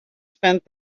spent